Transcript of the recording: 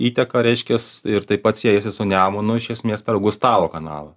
įteka reiškias ir taip pat siejasi su nemunu iš esmės per augustavo kanalą